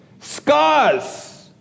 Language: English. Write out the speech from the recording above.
Scars